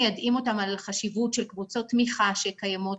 מיידעים אותן על החשיבות של קבוצות תמיכה שקיימות.